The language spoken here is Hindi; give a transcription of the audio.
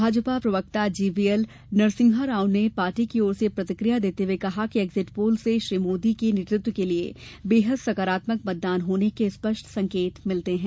भाजपा प्रवक्ता जीवीएल नरसिम्हाराव ने पार्टी की ओर से प्रतिकिया देते हुए कहा है कि एग्जिट पोल से श्री मोदी के नेतृत्व के लिए बेहद सकारात्मक मतदान होने के स्पष्ट संकेत मिलते हैं